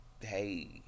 hey